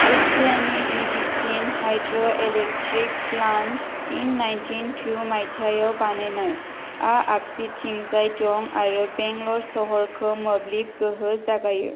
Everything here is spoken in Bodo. एसियानि गिबिसन hydroelectric plant in nineteen two मायथाइयाव बानायनाया आगसिथिंजाय दं आरो बेंगालर सहरखौ मोब्लिब गोहो जागायो